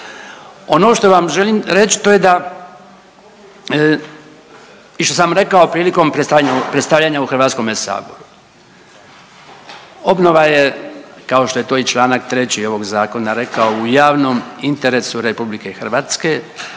Ono što vam želim reć to je da i što sam vam rekao prilikom predstavljanja u HS, obnova je kao što je to i čl. 3. ovog zakona rekao u javnom interesu RH i jedan je